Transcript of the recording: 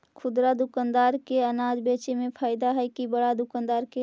खुदरा दुकानदार के अनाज बेचे में फायदा हैं कि बड़ा दुकानदार के?